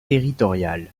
territoriales